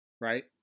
right